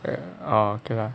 ya oh okay lah